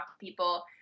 people